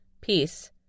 Peace